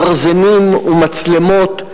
גרזנים ומצלמות,